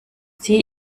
ziehe